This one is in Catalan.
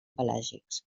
pelàgics